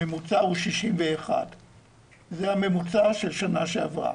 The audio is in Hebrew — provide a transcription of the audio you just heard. בממוצע הוא 61. זה הממוצע של שנה שעברה.